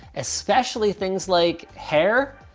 especially things like hair,